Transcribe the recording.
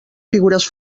figures